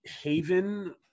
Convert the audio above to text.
haven